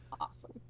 awesome